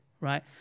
right